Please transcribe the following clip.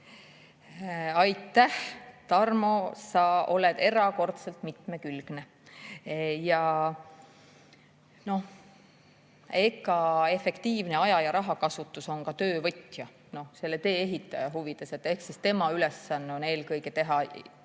Aitäh! Tarmo, sa oled erakordselt mitmekülgne. Efektiivne aja‑ ja rahakasutus on ka töövõtja, selle tee-ehitaja huvides. Tema ülesanne eelkõige on